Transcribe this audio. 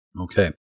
Okay